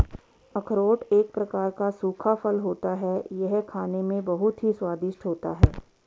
अखरोट एक प्रकार का सूखा फल होता है यह खाने में बहुत ही स्वादिष्ट होता है